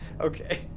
Okay